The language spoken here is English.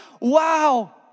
wow